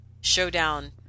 showdown